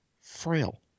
Frail